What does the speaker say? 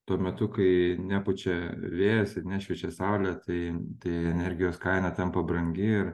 tuo metu kai nepučia vėjas ir nešviečia saulė tai tai energijos kaina tampa brangi ir